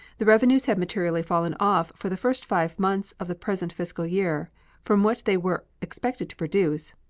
the revenues have materially fallen off for the first five months of the present fiscal year from what they were expected to produce,